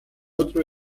otro